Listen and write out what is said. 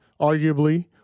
arguably